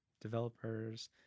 developers